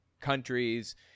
countries